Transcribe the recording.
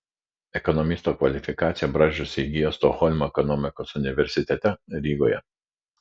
ekonomisto kvalifikaciją brazdžius įgijo stokholmo ekonomikos universitete rygoje